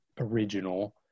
original